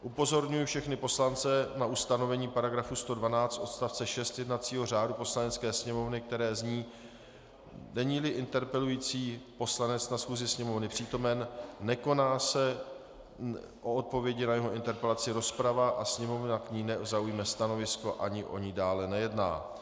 Upozorňuji všechny poslance na ustanovení § 112 odst. 6 jednacího řádu Poslanecké sněmovny, které zní: Neníli interpelující poslanec na schůzi Sněmovny přítomen, nekoná se o odpovědi na jeho interpelaci rozprava a Sněmovna k ní nezaujme stanovisko ani o ní dále nejedná.